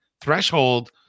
threshold